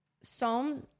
Psalms